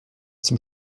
zum